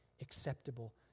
acceptable